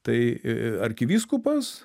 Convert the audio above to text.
tai arkivyskupas